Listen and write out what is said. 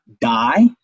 die